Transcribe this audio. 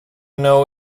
know